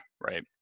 right